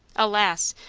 alas!